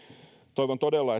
toivon todella